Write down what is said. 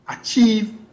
achieve